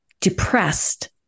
depressed